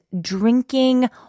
drinking